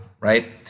Right